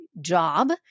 job